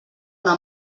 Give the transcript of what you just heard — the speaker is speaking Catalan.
una